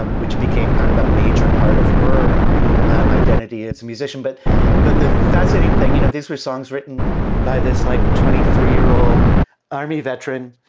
um which became kind of a major part of her identity as a musician. but but the fascinating thing, you know, these were songs written by this like twenty three year old army veteran